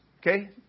Okay